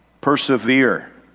persevere